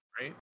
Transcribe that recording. right